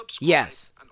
yes